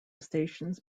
stations